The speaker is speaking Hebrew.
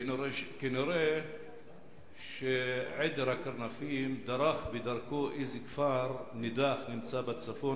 כנראה עדר הקרנפים דרך בדרכו איזה כפר נידח שנמצא בצפון,